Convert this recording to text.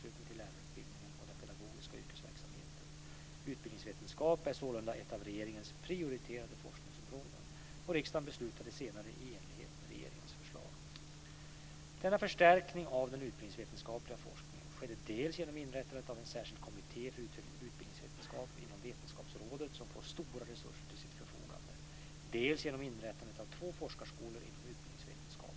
Utbildningsvetenskap är sålunda ett av regeringens prioriterade forskningsområden, och riksdagen beslutade senare i enlighet med regeringens förslag. Denna förstärkning av den utbildningsvetenskapliga forskningen skedde dels genom inrättandet av en särskild kommitté för utbildningsvetenskap inom Vetenskapsrådet som får stora resurser till sitt förfogande, dels genom inrättandet av två forskarskolor inom utbildningsvetenskap.